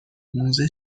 موزه